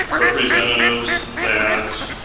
representatives that